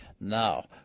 Now